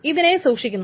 ഇതിനെ സൂക്ഷിക്കുന്നു